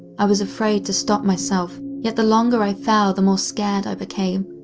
i was afraid to stop myself, yet the longer i fell, the more scared i became.